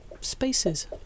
spaces